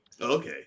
Okay